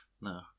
No